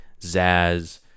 Zaz